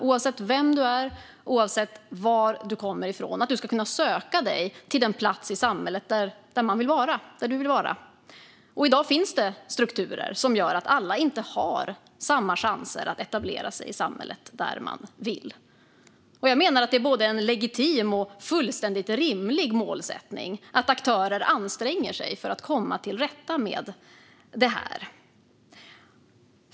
Oavsett vem du är och varifrån du kommer ska du kunna söka dig till den plats i samhället där du vill vara. I dag finns det strukturer som gör att alla inte har samma chanser att etablera sig där man vill i samhället. Jag menar att det är en både legitim och fullständigt rimlig målsättning att aktörer anstränger sig för att komma till rätta med detta.